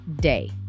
day